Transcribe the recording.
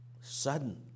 Sudden